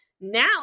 now